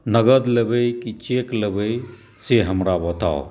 नगद लेबै की चेक लेबै से हमरा बताउ